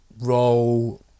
role